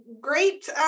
great